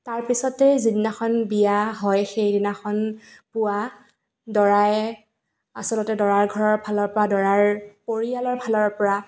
তাৰপিছতে যিদিনাখন বিয়া হয় সেই দিনাখন পুৱা দৰাই আচলতে দৰাৰ ঘৰৰ ফালৰ পৰা দৰাৰ পৰিয়ালৰ ফালৰ পৰা